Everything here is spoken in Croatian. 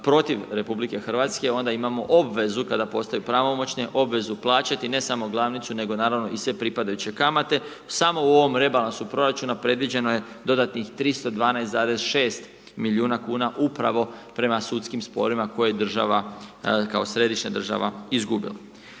protiv RH, onda imamo obvezu kada postaju pravomoćne obvezu plaćati, ne samo glavnicu, nego naravno i sve pripadajuće kamate. Samo u ovom rebalansu proračuna, predviđeno je dodatnih 312,6 milijuna kn, upravo prema sudskim sporovima, koje država, kao središnja država izgubila.